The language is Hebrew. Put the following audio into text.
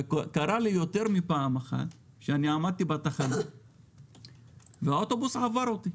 קרה לי יותר מפעם אחת שעמדתי בתחנה ואוטובוס עבר אותי,